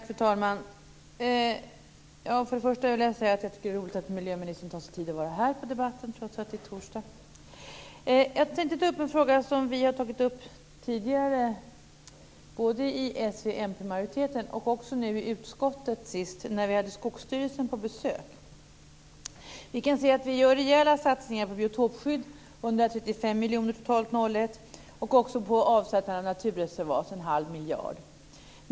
Fru talman! Först vill jag säga att jag tycker att det är roligt att miljöministern tar sig tid att vara här på debatten, trots att det är torsdag. Jag tänkte ta upp en fråga som vi har tagit upp tidigare; majoriteten med s, v och mp har tagit upp den, och den togs upp nu senast i utskottet när vi hade Skogsstyrelsen på besök. Vi kan se att vi gör rejäla satsningar på biotopskydd - 135 miljoner totalt 2001 - och också på avsättande av naturreservat - en halv miljard.